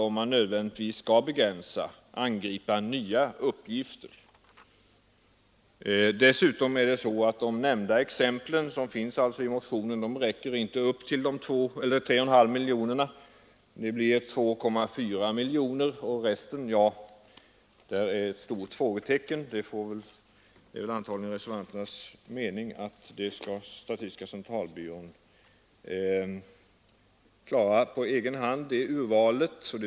Om man nödvändigtvis skall begränsa, varför då inte angripa nya uppgifter? De i motionen angivna exemplen räcker dessutom inte till 3,5 miljoner kronor, utan summan blir 2,4 miljoner kronor. Vad beträffar resten är det ett stort frågetecken. Det är antagligen reservanternas mening att statistiska centralbyrån skall tiska centralbyrån klara urvalet på egen hand.